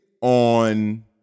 on